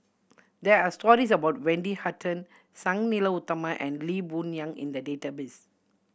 there are stories about Wendy Hutton Sang Nila Utama and Lee Boon Yang in the database